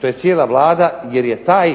to je cijela Vlada jer je taj